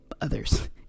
others